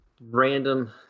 random